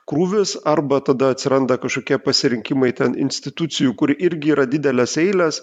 krūvis arba tada atsiranda kažkokie pasirinkimai ten institucijų kur irgi yra didelės eilės